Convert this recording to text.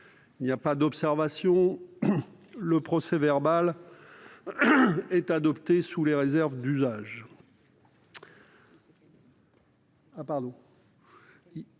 Il n'y a pas d'observation ?... Le procès-verbal est adopté sous les réserves d'usage